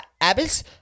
Abbas